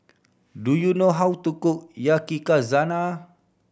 do you know how to cook Yakizakana